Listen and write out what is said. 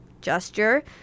gesture